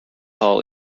hall